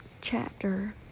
chapter